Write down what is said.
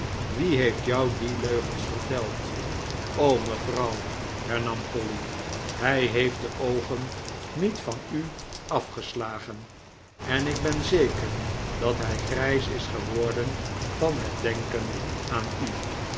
wie heeft jou die leugens verteld o mevrouw hernam polly hij heeft de oogen niet van u afgeslagen en ik ben zeker dat hij grijs is geworden van het denken aan u